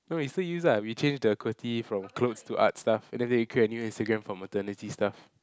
no we still use ah we change the qwerty from clothes to art stuff and then they create a new Instagram for maternity stuff